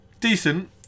Decent